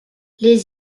les